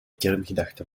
kerngedachte